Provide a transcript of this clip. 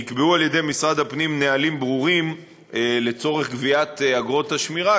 נקבעו על ידי משרד הפנים נהלים ברורים לצורך גביית אגרות השמירה,